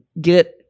get